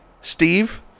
Steve